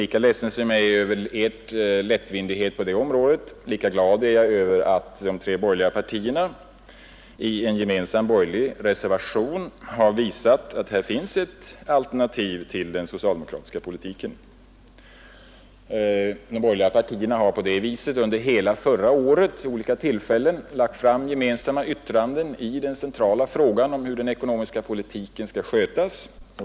Lika ledsen som jag är över er lättvindighet på det området, lika glad är jag över att de tre borgerliga partierna i en gemensam reservation visat att det här finns ett alternativ till den socialdemokratiska politiken. De borgerliga partierna har vid olika tillfällen under förra året lagt fram gemensamma yttranden i den centrala frågan om hur den ekonomiska politiken skall skötas.